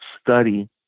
study